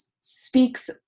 speaks